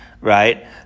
right